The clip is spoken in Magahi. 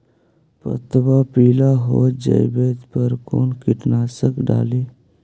पतबा पिला हो जाबे पर कौन कीटनाशक डाली?